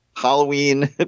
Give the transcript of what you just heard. Halloween